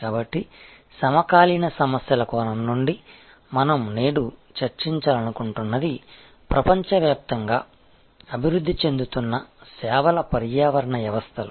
కాబట్టి సమకాలీన సమస్యల కోణం నుండి మనం నేడు చర్చించాలనుకుంటున్నది ప్రపంచవ్యాప్తంగా అభివృద్ధి చెందుతున్న సేవల పర్యావరణ వ్యవస్థలు